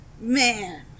man